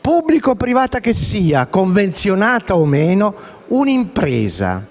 pubblica o privata che sia, convenzionata o meno, un'impresa,